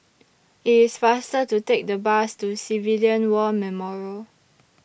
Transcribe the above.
IT IS faster to Take The Bus to Civilian War Memorial